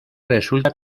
resulta